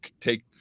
take